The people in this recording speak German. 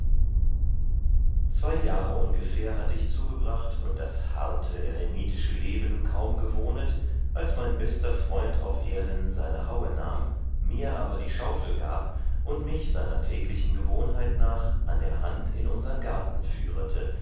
zwei jahre ungefähr hatte ich zugebracht und das harte eremitische leben kaum gewohnet als mein bester freund auf erden seine haue nahm mir aber die schaufel gab und mich seiner täglichen gewohnheit nach an der hand in unsern garten führete